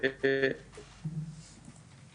(בעיות בשידור בזום).